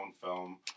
film